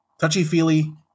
touchy-feely